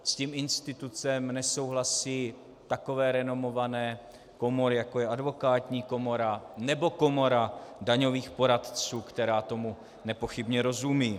S institutem nesouhlasí takové renomované komory, jako je Advokátní komora nebo Komora daňových poradců, která tomu nepochybně rozumí.